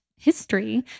History